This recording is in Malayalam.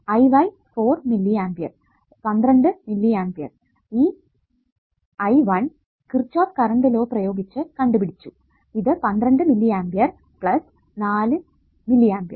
Iy ഫോർ മില്ലിA 12 മില്ലിA ഈ I1 കിർച്ചോഫ് കറണ്ട് ലോ പ്രയോഗിച്ചു കണ്ടുപിടിച്ചു ഇത് 12 മില്ലിയാമ്പ് ഫോർ മില്ലിയാമ്പ്